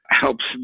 helps